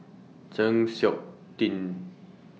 Chng Seok Tin